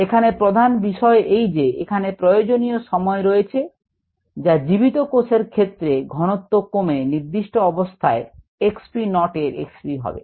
এখানে প্রধান বিষয় এই যে এখানে প্রয়োজনীয় সময় রয়েছে যা জীবিত কোষের ক্ষেত্রে ঘনত্ত কমে নির্দিস্ট অবস্থায় x v naught এর x v হবে